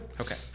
Okay